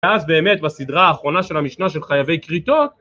ואז, באמת, בסדרה האחרונה של המשנה, של "חייבי כריתות"